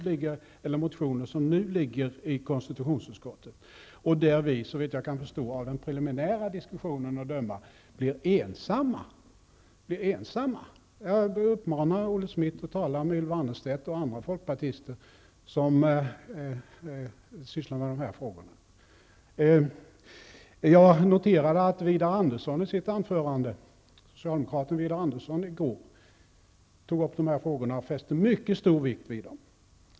Vi har motioner som nu ligger i konstitutionsutskottet där vi, såvitt jag kan förstå av den preliminära diskussionen, blir ensamma. Jag uppmanar Olle Schmidt att tala med Ylva Annerstedt och andra folkpartister som sysslar med dessa frågor. Jag noterade att socialdemokraten Widar Andersson i sitt anförande i går tog upp dessa frågor och fäste mycket stor vikt vid dem.